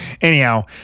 Anyhow